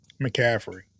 McCaffrey